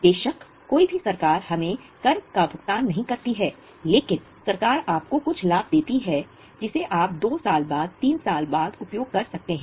बेशक कोई भी सरकार हमें कर का भुगतान नहीं करती है लेकिन सरकार आपको कुछ लाभ देती है जिसे आप 2 साल बाद 3 साल बाद उपयोग कर सकते हैं